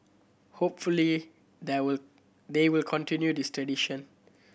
hopefully there will they will continue this tradition